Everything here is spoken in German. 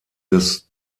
des